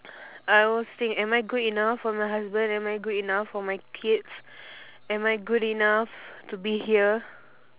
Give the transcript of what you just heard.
I always think am I good enough for my husband am I good enough for my kids am I good enough to be here